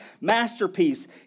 masterpiece